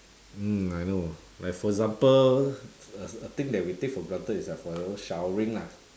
mm I know like for example a a thing that we take for granted is like forever showering lah